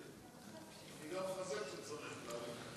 אני גם מחזק כשצריך, תאמין לי.